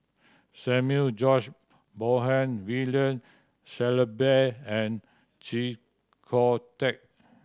Samuel George Bonham William Shellabear and Chee Kong Tet